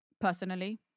personally